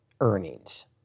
earnings